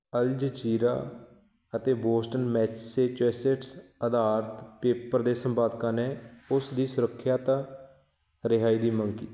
ਅਲ Jazeera ਅਤੇ Boston Massachusetts ਅਧਾਰਤ paper ਦੇ ਸੰਪਾਦਕਾਂ ਨੇ ਉਸ ਦੀ ਸੁਰੱਖਿਅਤ ਰਿਹਾਈ ਦੀ ਮੰਗ ਕੀਤੀ